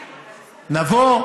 נבוא,